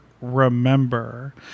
remember